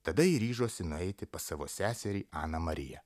tada ji ryžosi nueiti pas savo seserį aną mariją